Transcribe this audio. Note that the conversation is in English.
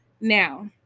Now